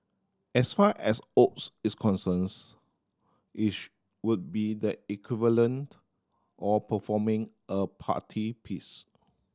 as far as Oz is concerns it would be the equivalent of performing a party piece